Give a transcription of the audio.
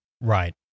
Right